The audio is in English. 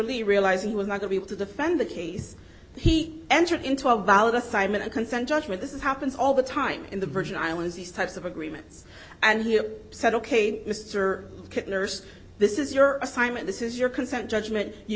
lee realize he was not to be able to defend the case he entered into a valid assignment a consent judgment this happens all the time in the virgin islands these types of agreements and he said ok mr nurse this is your assignment this is your consent judgment you